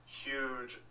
huge